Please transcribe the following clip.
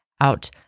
out